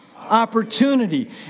Opportunity